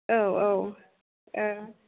औ औ